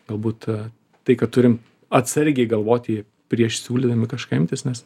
galbūt tai kad turim atsargiai galvoti prieš siūlydami kažką imtis nes